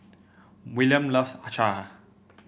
Willam loves Acar